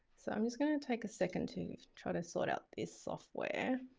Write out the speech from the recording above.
so i'm just going to take a second to try to sort out this software.